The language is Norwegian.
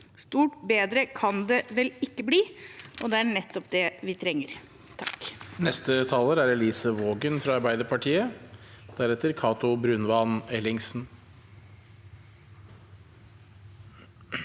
Stort bedre kan det vel ikke bli, og det er nettopp det vi trenger.